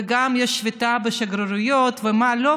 ויש גם שביתה בשגרירויות ומה לא,